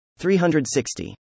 360